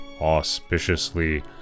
auspiciously